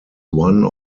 one